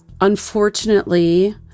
Unfortunately